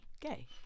gay